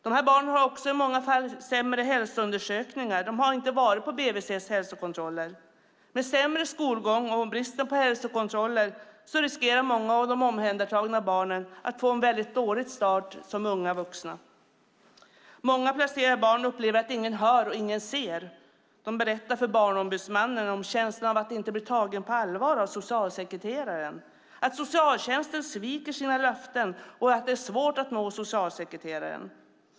Dessa barn har också i många fall sämre hälsoundersökningar. De har inte varit på BVC:s hälsokontroller. Med sämre skolgång och bristen på hälsokontroller riskerar många av de omhändertagna barnen att få en väldigt dålig start som unga vuxna. Många placerade barn upplever att ingen hör och ingen ser. De berättar för Barnombudsmannen om känslan av att inte bli tagen på allvar av socialsekreteraren, att socialtjänsten sviker sina löften och att det är svårt att nå socialsekreteraren.